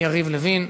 יריב לוין.